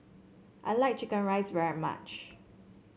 I like chicken rice very much